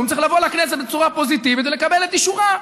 צריך לבוא לכנסת בצורה פוזיטיבית ולקבל את אישורה.